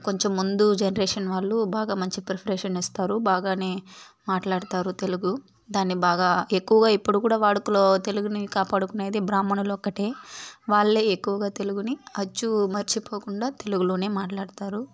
కొంచెం ముందు జెనెరేషన్ వాళ్ళు బాగా మంచి ప్రిపరేషన్ ఇస్తారు బాగానే మాట్లాడతారు తెలుగు దాన్ని బాగా ఎక్కువగా ఇప్పుడుకూడా వాడుకలో తెలుగును కాపాడుకునేది బ్రాహ్మణులొక్కటే వాళ్ళే ఎక్కువగా తెలుగుని అచ్చు మర్చిపోకుండా తెలుగులోనే మాట్లాడతారు